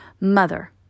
Mother